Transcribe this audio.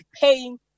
paying